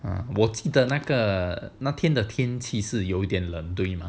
我记得的那个那天的天气是有点对吗